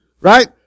right